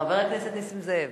חבר הכנסת נסים זאב,